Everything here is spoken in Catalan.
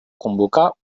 convocar